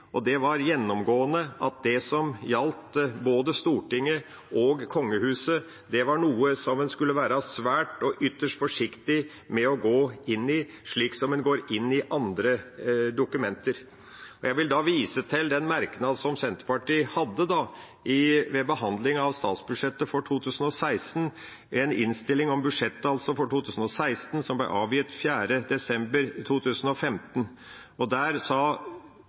og det var gjennomgående – at det som gjaldt både Stortinget og kongehuset, var noe som en skulle være svært og ytterst forsiktig med å gå inn i slik som en går inn i andre dokumenter. Jeg vil da vise til den merknad som Senterpartiet hadde ved behandling av statsbudsjettet for 2016, altså i budsjettinnstillinga for 2016, som ble avgitt 4. desember 2015. Der sa